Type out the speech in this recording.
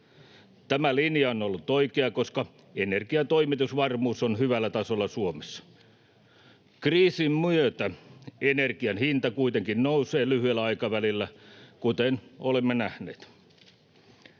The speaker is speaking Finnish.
Tämä linja on ollut oikea, koska energian toimitusvarmuus on Suomessa hyvällä tasolla. Kriisin myötä energian hinta kuitenkin nousee lyhyellä aikavälillä, kuten olemme nähneet.